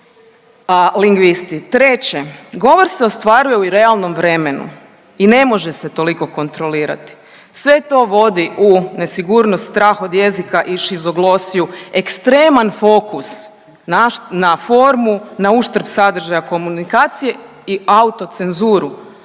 Treće, govor se ostvaruje u realnom vremenu i ne može se toliko kontrolirati. Sve to vodi u nesigurnost, strah od jezika i shizoglosiju, ekstreman fokus na formu nauštrb sadržaja komunikacije i autocenzuru,